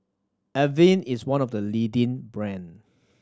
Avene is one of the leading brands